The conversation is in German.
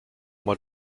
mal